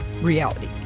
reality